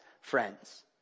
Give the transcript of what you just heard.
friends